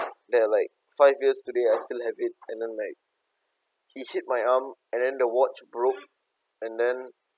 that like five years today I still have it and then like he hit my arm and then the watch broke and then